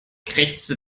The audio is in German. krächzte